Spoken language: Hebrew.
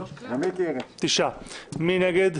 מי נגד?